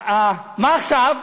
מה עכשיו?